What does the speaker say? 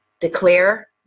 declare